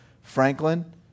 Franklin